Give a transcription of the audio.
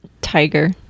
Tiger